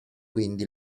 quindi